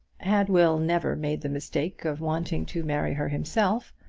had will never made the mistake of wanting to marry her himself,